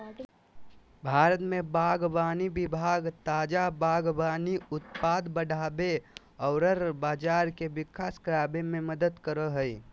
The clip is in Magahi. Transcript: भारत में बागवानी विभाग ताजा बागवानी उत्पाद बढ़ाबे औरर बाजार के विकास कराबे में मदद करो हइ